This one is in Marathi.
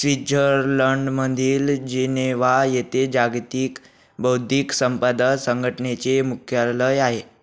स्वित्झर्लंडमधील जिनेव्हा येथे जागतिक बौद्धिक संपदा संघटनेचे मुख्यालय आहे